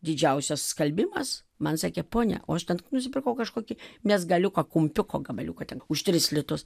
didžiausias skalbimas man sakė ponia o aš ten nusipirkau kažkokį mėsgaliuką kumpiuko gabaliuką ten už tris litus